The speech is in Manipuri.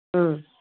ꯎꯝ